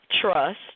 Trust